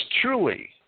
truly